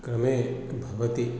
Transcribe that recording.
क्रमे भवति